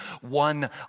one